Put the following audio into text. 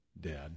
Dad